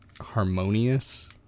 Harmonious